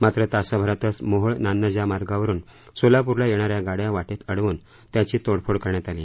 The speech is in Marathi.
मात्र तासाभरातच मोहोळ नान्नज या मार्गावरुन सोलापूरला येणाऱ्या गाड्या वाटेत अडवून त्याची तोडफोड करण्यात आली